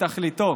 תכליתו,